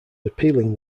appealing